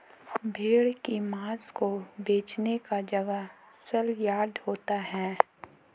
भेड़ की मांस को बेचने का जगह सलयार्ड होता है